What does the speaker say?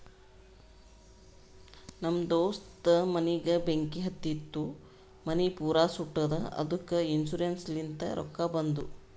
ನಮ್ ದೋಸ್ತ ಮನಿಗ್ ಬೆಂಕಿ ಹತ್ತಿತು ಮನಿ ಪೂರಾ ಸುಟ್ಟದ ಅದ್ದುಕ ಇನ್ಸೂರೆನ್ಸ್ ಲಿಂತ್ ರೊಕ್ಕಾ ಬಂದು